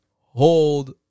hold